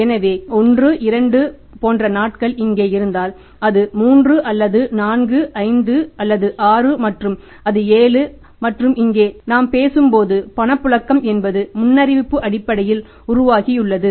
எனவே 1 2 போன்ற நாட்கள் இங்கே இருந்தால் அது 3 அது 4 அது 5 இது 6 மற்றும் அது 7 மற்றும் இங்கே பநாம் பேசும் பணப்புழக்கம் என்பது முன்னறிவிப்பு அடிப்படையில் உருவாக்குகிறது